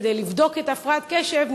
כדי לבדוק הפרעת קשב,